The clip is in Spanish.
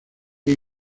amy